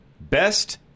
Best